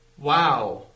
Wow